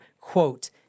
quote